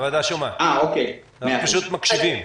אנחנו פשוט מקשיבים.